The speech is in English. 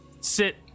sit